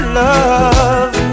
love